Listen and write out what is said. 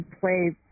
play